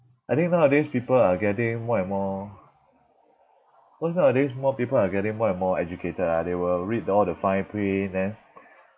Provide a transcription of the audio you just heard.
I think nowadays people are getting more and more cause nowadays more people are getting more and more educated ah they will read all the fine print and then